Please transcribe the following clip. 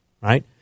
right